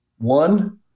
One